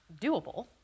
doable